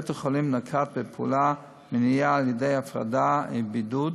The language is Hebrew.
בית-החולים נקט פעולות מניעה על-ידי הפרדה ובידוד